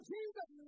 Jesus